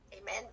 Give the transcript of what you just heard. Amen